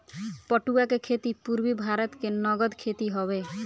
पटुआ के खेती पूरबी भारत के नगद खेती हवे